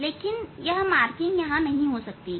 लेकिन यह मार्किंग यह नहीं हो सकती है